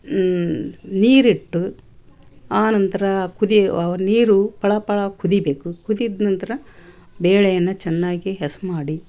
ನೀರಿಟ್ಟು ಆ ನಂತರ ಕುದೀವ ನೀರು ಫಳ ಫಳ ಕುದಿಯಬೇಕು ಕುದಿದ ನಂತರ ಬೇಳೆಯನ್ನ ಚೆನ್ನಾಗಿ ಹೆಸ್ ಮಾಡಿ